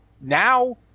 Now